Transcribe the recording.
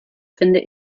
finde